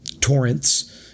torrents